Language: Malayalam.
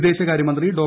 വിദേശകാര്യമന്ത്രി ഡോ